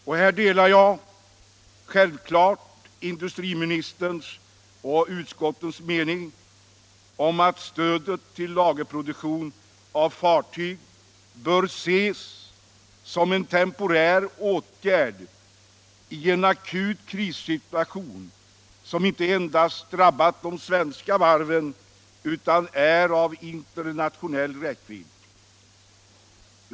Självklart delar jag industriministerns och utskottets mening att stödet till lagerproduktion av fartyg bör ses som en temporär åtgärd i en akut krissituation som drabbat inte endast de svenska varven utan är av internationell räckvidd.